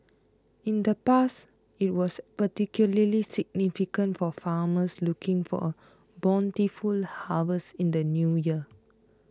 in the past it was particularly significant for farmers looking for a bountiful harvest in the New Year